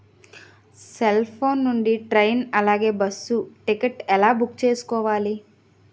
Cell phone నుండి train అలాగే bus ticket ఎలా బుక్ చేసుకోవాలి?